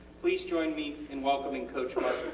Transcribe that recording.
please join me in welcoming coach mark